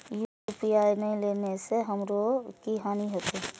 UPI ने लेने से हमरो की हानि होते?